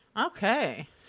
Okay